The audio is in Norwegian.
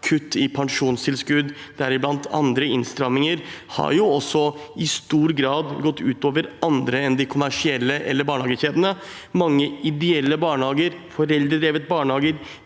kutt i pensjonstilskudd og andre innstramminger, har i stor grad gått ut over andre enn de kommersielle, eller barnehagekjedene. Mange ideelle barnehager, foreldredrevne barnehager,